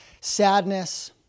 sadness